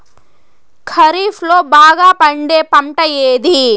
ఖరీఫ్ లో బాగా పండే పంట ఏది?